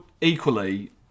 equally